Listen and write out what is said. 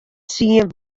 tsien